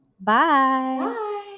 Bye